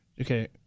Okay